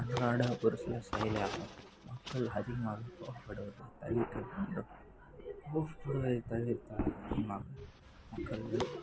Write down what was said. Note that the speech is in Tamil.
அன்றாட ஒரு சில செயலே ஆகும் மக்கள் அதிகமாக கோவப்படுவது தவிர்க்க வேண்டும் கோவப்படுவதைத் தவிர்த்தால் நிச்சயமாக மக்கள்கள்